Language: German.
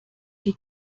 die